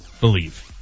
believe